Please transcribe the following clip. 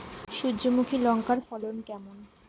সূর্যমুখী লঙ্কার ফলন কেমন?